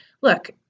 look